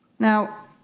now